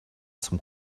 zum